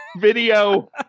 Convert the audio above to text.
video